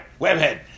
Webhead